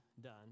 done